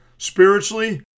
Spiritually